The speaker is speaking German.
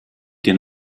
den